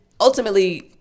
ultimately